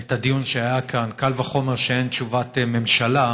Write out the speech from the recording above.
את הדיון שהיה כאן, קל וחומר כשאין תשובת ממשלה,